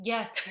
Yes